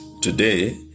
today